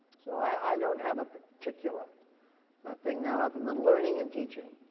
so, i, i don't have a particular thing now, other than learning and teaching,